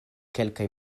kelkaj